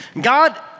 God